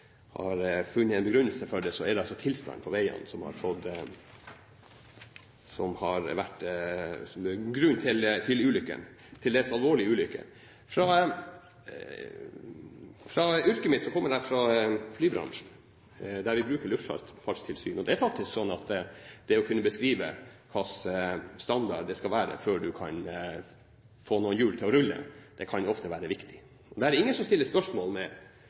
funnet en begrunnelse for dette, er det tilstanden på veiene som er grunnen til ulykkene – til dels alvorlige ulykker. Jeg kommer fra flybransjen, der vi bruker Luftfartstilsynet. Det er faktisk sånn at det å kunne beskrive hva slags standard det skal være før man kan få hjul til å rulle, kan ofte være viktig. Det er ingen som stiller spørsmål